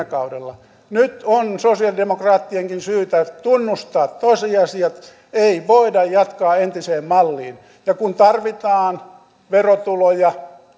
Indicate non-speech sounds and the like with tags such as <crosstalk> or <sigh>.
<unintelligible> kaudella nyt on sosialidemokraattienkin syytä tunnustaa tosiasiat ei voida jatkaa entiseen malliin ja kun tarvitaan verotuloja <unintelligible>